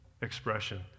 expression